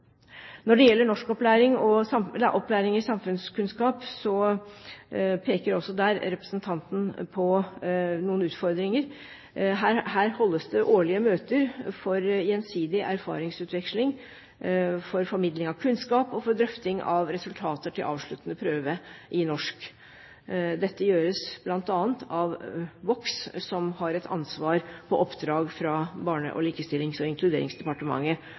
Når det gjelder opplæring i norsk og samfunnskunnskap, peker også her representanten på noen utfordringer. Det avholdes årlige møter for gjensidig erfaringsutveksling, formidling av kunnskap og drøfting av resultater til avsluttende prøve i norsk. Dette gjøres bl.a. av Vox, som på oppdrag fra Barne-, likestillings- og inkluderingsdepartementet